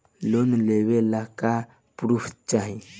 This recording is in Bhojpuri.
लोन लेवे ला का पुर्फ चाही?